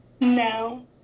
No